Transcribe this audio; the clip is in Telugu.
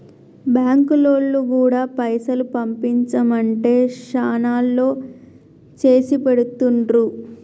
బాంకులోల్లు గూడా పైసలు పంపించుమంటే శనాల్లో చేసిపెడుతుండ్రు